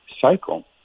cycle